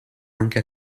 anche